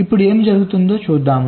ఇప్పుడు ఏమి జరుగుతుందో చూద్దాం